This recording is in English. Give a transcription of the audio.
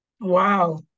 Wow